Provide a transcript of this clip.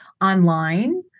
online